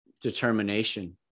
determination